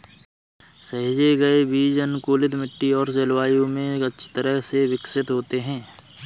सहेजे गए बीज अनुकूलित मिट्टी और जलवायु में अच्छी तरह से विकसित होते हैं